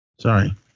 Sorry